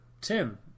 Tim